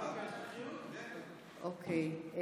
אוקיי.